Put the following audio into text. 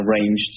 arranged